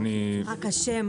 אחר.